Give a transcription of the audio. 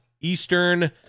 Eastern